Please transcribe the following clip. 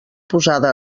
posada